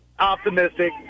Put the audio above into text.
optimistic